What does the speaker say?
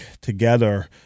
together